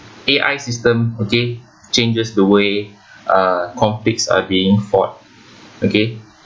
A_I system okay changes the way uh conflicts are being fought okay